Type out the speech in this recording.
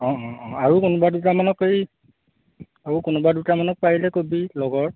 অঁ অঁ অঁ আৰু কোনবা দুটামানক এই আৰু কোনোবা দুটামানক পাৰিলে কবি লগৰ